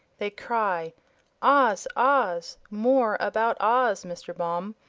they cry oz oz! more about oz, mr. baum!